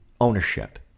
ownership